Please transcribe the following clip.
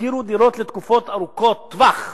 והשכירו דירות לתקופות ארוכות-טווח.